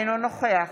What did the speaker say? אינו נוכח